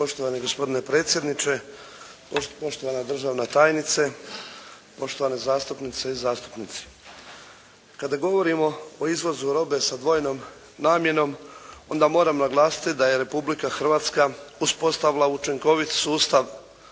Poštovani gospodine predsjedniče, poštovana državna tajnice, poštovane zastupnice i zastupnici. Kada govorimo o izvozu robe sa dvojnom namjenom, onda moram naglasiti da je Republika Hrvatska uspostavila učinkoviti sustav